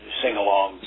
sing-along